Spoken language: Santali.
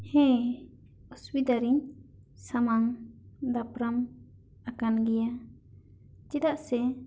ᱦᱮᱸ ᱚᱥᱚᱵᱤᱫᱷᱟ ᱨᱮᱧ ᱥᱟᱢᱟᱝ ᱫᱟᱯᱲᱟᱢ ᱯᱟᱲᱟᱣ ᱟᱠᱟᱱ ᱜᱮᱭᱟ ᱪᱮᱫᱟᱜ ᱥᱮ